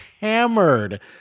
hammered